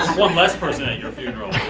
one less person at your funeral.